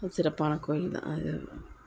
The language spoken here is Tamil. சிறப்பான கோயில் தான் அது